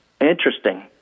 Interesting